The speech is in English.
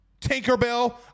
Tinkerbell